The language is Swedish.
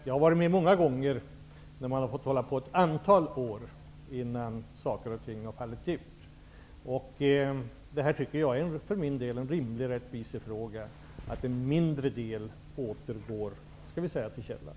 Jag har många gånger varit med om att man har fått hålla på flera år innan man har bestämt sig. Det förefaller mig vara rättvist att en mindre del återgår till källan.